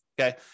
Okay